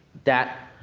that,